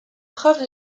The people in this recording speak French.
preuve